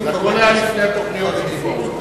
זה הכול היה לפני התוכניות המפוארות.